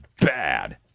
bad